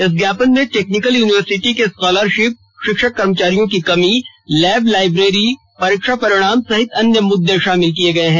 इस ज्ञापन में टेक्निकल यूनिवर्सिटी के स्कॉलरशिप शिक्षक कर्मचारियों की कमी लैब लाइब्रेरी परीक्षा परिणाम सहित अन्य मुद्दे शामिल किए गए हैं